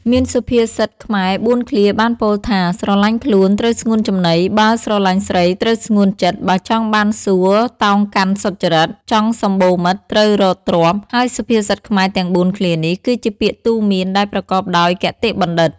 មានសុភាសិតខ្មែរ៤ឃ្លាបានពោលថា ស្រឡាញ់ខ្លួន ត្រូវស្ងួនចំណី បើស្រឡាញ់ស្រី ត្រូវស្ងួនចិត្ត បើចង់បានសួគ៌ តោងកាន់សុចរិត ចង់សំបូរមិត្ត ត្រូវរកទ្រព្យ ហើយសុភាសិតខ្មែរទាំង៤ឃ្លានេះ គឺជាពាក្យទូន្មានដែលប្រកបដោយគតិបណ្ឌិត។